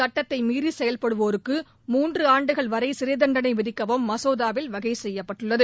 சுட்டத்தை மீறி செயல்படுவோருக்கு மூன்றாண்டுகள் வரை சிறைத்தண்டனை விதிக்கவும் மகோதாவில் வகை செய்யப்பட்டுள்ளது